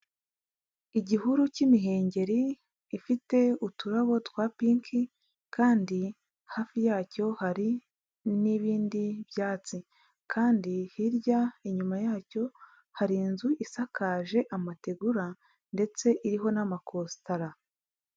Igihuru cy'imihengeri ifite uturabo twa pinki kandi hafi yacyo hari n'ibindi byatsi, kandi hirya inyuma yacyo hari inzu isakaje amategura ndetse iriho n'amakositara.